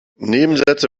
nebensätze